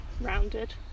rounded